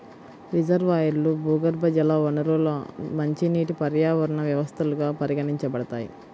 రిజర్వాయర్లు, భూగర్భజల వనరులు మంచినీటి పర్యావరణ వ్యవస్థలుగా పరిగణించబడతాయి